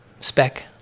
spec